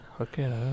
Okay